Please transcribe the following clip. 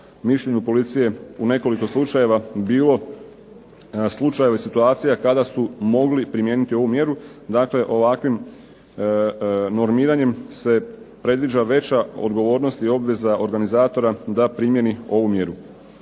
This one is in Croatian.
mišljenju policije u nekoliko slučajeva bilo slučaja i situacija kada su mogli primijeniti ovu mjeru. Dakle, ovakvim normiranjem se predviđa veća odgovornost i obveza organizatora da primijeni ovu mjeru.